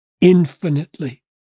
infinitely